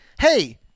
hey